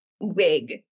wig